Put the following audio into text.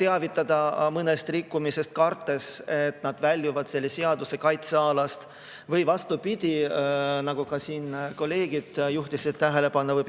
teavitada mõnest rikkumisest, kartes, et nad väljuvad selle seaduse kaitsealast, või vastupidi, nagu siin kolleegid juhtisid tähelepanu, võib